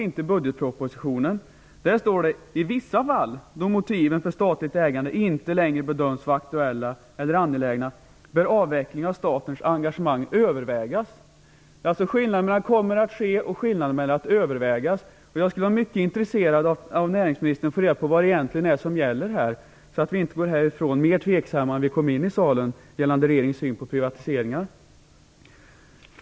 I budgetpropositionen står det inte så, utan följande: "I vissa fall, då motiven inte längre bedöms vara aktuella eller angelägna, bör avveckling av statens ägarengagemang övervägas." Det är alltså skillnad mellan "kommer att ske" och "övervägas". Jag är mycket intresserad av att av näringsministern få reda på vad som egentligen gäller, så att vi inte går härifrån mer tveksamma än vi var när vi kom gällande regeringens syn på privatiseringar.